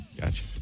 Gotcha